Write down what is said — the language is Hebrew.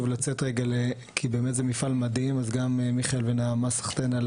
אפשר באיזשהו קצב מסוים להגדיל את